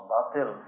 Batil